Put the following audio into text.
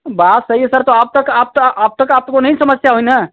बात सही सर तो अब तक आप तो अब तक आपको तो नही न समस्या हुई न